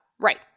Right